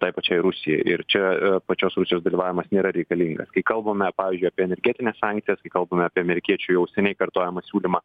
tai pačiai rusijai ir čia pačios rusijos dalyvavimas nėra reikalingas kai kalbame pavyzdžiui apie energetines sankcijas kai kalbame apie amerikiečių jau seniai kartojamą siūlymą